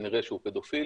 כנראה שהוא פדופיל,